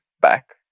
back